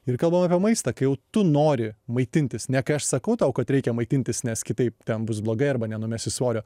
ir kalbam apie maistą kai jau tu nori maitintis ne kai aš sakau tau kad reikia maitintis nes kitaip ten bus blogai arba nenumesi svorio